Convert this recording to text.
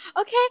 okay